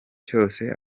cyose